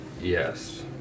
Yes